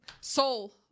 soul